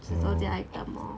oh